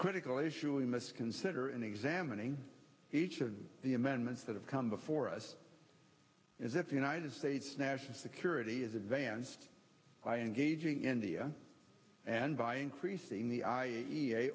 critical issue we must consider and examining each of the amendments that have come before us as if the united states national security is advanced by engaging india and by increasing the i a e a